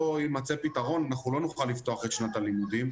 יימצא פתרון לנושא הזה אנחנו לא נוכל לפתוח את שנת הלימודים.